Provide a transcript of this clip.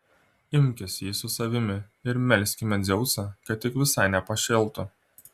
imkis jį su savimi ir melskime dzeusą kad tik visai nepašėltų